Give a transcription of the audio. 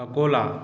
Akola